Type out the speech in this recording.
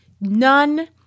None